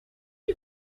you